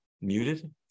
muted